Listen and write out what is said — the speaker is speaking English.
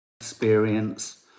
experience